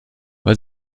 weil